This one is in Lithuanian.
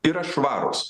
yra švarūs